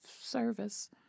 service